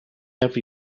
every